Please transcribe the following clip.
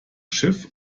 schiff